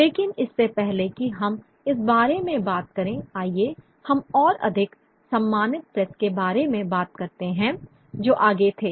लेकिन इससे पहले कि हम इस बारे में बात करें आइए हम और अधिक सम्मानित प्रेस के बारे में बात करते हैं जो आगे थे